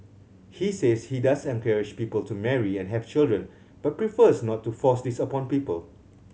he says he does encourage people to marry and have children but prefers not to force this upon people